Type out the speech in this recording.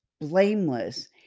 blameless